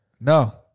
No